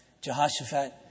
Jehoshaphat